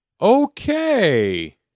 Okay